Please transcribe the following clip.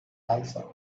answered